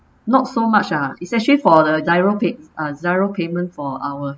not so much ah it's actually for the GIRO pay~ uh GIRO payment for our